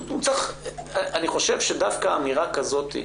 אני חושב שדווקא אמירה כזאת,